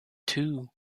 two